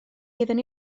hufen